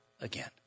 again